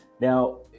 now